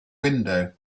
window